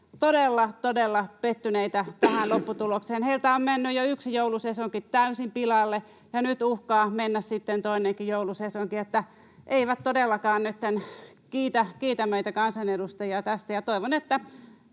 todella pettyneitä tähän lopputulokseen. Heiltä on mennyt jo yksi joulusesonki täysin pilalle, ja nyt uhkaa mennä sitten toinenkin joulusesonki. He eivät todellakaan nytten kiitä meitä kansanedustajia tästä. Ja toivon, että